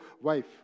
wife